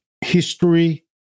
history